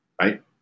right